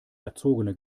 erzogene